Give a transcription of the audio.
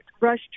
Rush